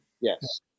yes